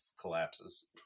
collapses